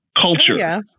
culture